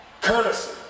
Courtesy